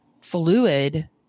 fluid